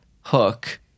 Hook